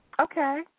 Okay